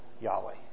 Yahweh